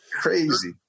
Crazy